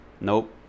Nope